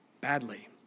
badly